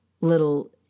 little